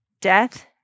Death